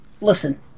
Listen